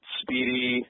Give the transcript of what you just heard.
speedy